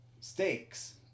Steaks